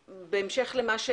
בהמשך לדבריו של